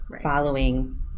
following